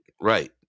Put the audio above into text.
right